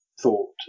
thought